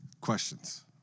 Questions